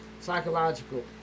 psychological